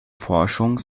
forschung